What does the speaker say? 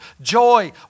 Joy